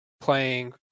playing